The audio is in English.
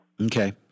Okay